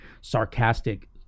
sarcastic